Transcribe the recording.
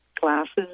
glasses